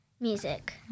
music